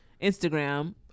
Instagram